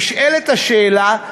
נשאלת השאלה,